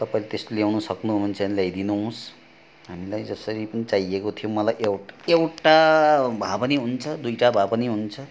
तपाईँले त्यस्तो ल्याउनु सक्नुहुन्छ भने ल्याई दिनुहोस् हामीलाई जसरी पनि चाहिएको थियो मलाई एउट एउटा भए पनि हुन्छ दुईवटा भए पनि हुन्छ